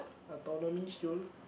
autonomy [siol]